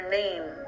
name